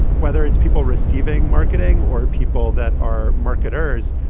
whether it's people receiving marketing or people that are marketers.